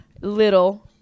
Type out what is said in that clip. little